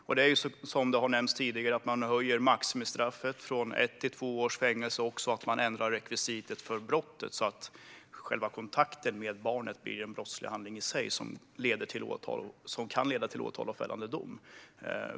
Det handlar, som har nämnts tidigare, om att man höjer maximistraffet från ett års till två års fängelse och att man ändrar rekvisitet för brottet så att själva kontakten med barnet i sig blir en brottslig handling som kan leda till åtal och fällande dom.